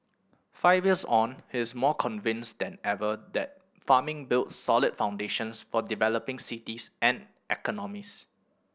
five years on he is more convinced than ever that farming builds solid foundations for developing cities and economies